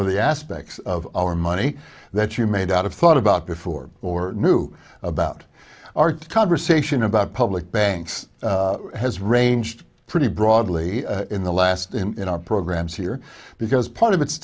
of the aspects of our money that you made out of thought about before or knew about our conversation about public banks has ranged pretty broadly in the last in our programs here because part of it's